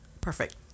Perfect